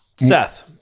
seth